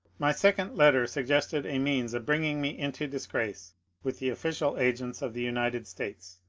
my second letter suggested a means of bringing me into disgrace with the official agents of the united states,